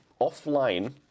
offline